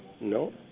No